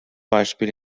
beispiel